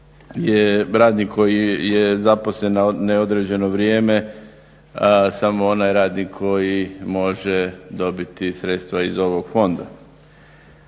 je radnik koji je zaposlen na neodređeno vrijeme samo onaj radnik koji može dobiti sredstva iz ovog fonda.